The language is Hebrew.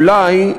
אולי,